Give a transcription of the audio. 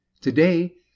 Today